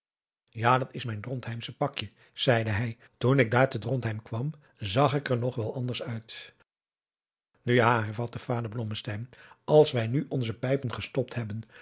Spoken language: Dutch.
ja dat is mijn drontheimsche pakje zeide hij toen ik daar te drontheim kwam zag ik er nog wel wat anders uit nu ja hervatte vader blommesteyn als wij nu onze pijpen gestopt hebben